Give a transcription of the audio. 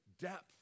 depth